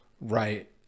Right